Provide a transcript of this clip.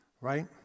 right